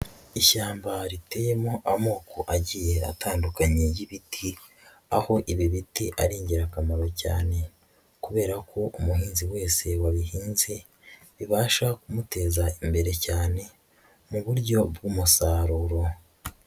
Ishyamba riteyemo amoko agiye atandukanye y'ibiti, aho ibi biti ari ingirakamaro cyane kubera ko umuhinzi wese wabihinze, bibasha kumuteza imbere cyane mu buryo bw'umusaruro.